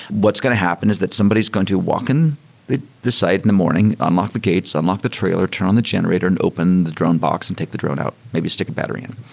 what's going to happen is that somebody's going to walk in the the site in the morning, unlock the gates, unlock the trailer, turn on the generator and open the drone box and take the drone out. maybe stick a battery in.